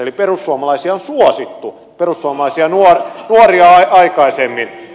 eli perussuomalaisia nuoria on suosittu aikaisemmin